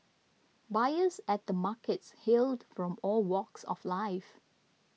buyers at the markets hailed from all walks of life